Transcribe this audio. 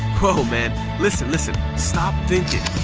whoa man, listen, listen. stop thinking.